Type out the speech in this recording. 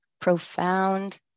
profound